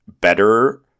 better